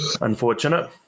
Unfortunate